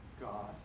God